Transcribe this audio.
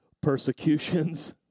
persecutions